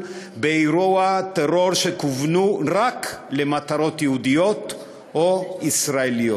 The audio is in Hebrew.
באירועי טרור שכוונו רק למטרות יהודיות או ישראליות,